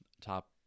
Top